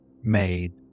made